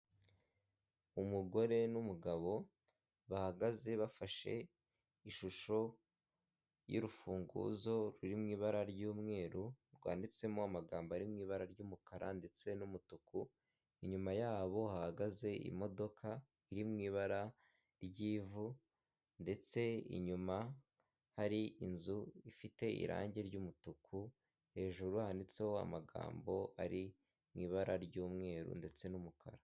Umugore n'umugabo bahagaze bafashe ishusho y'urufunguzo ruri mu ibara ry'umweru, rwanditsemo amagambo ari mu ibara ry'umukara ndetse n'umutuku inyuma yabo hahagaze imodoka iri mu ibara ry'ivu ndetse inyuma hari inzu ifite irangi ry'umutuku, hejuru handitseho amagambo ari mu ibara ry'umweru ndetse n'umukara.